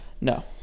No